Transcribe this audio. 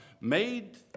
made